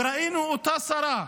וראינו את אותה השרה,